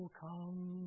come